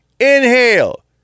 inhale